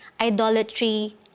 idolatry